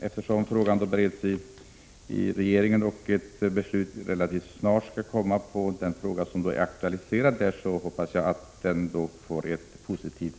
Eftersom den fråga som aktualiserats i interpellationen nu bereds i regeringen, hoppas jag att det beslut som skall fattas relativt snart blir positivt.